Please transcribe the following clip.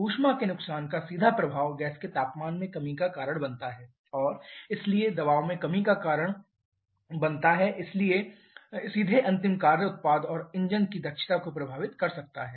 ऊष्मा के नुकसान का सीधा प्रभाव गैस के तापमान में कमी का कारण बनता है और इसलिए दबाव में कमी का कारण बनता है इसलिए सीधे अंतिम कार्य उत्पाद और इंजन की दक्षता को प्रभावित कर सकता है